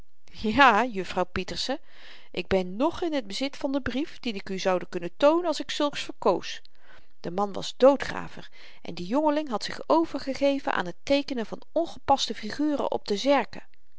ja juffrouw pieterse ik ben nog in het bezit van den brief dien ik u zoude kunnen toonen als ik zulks verkoos de man was doodgraver en die jongeling had zich overgegeven aan het teekenen van ongepaste figuren op de